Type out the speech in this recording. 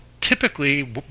typically